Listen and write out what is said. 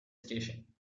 station